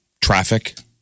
traffic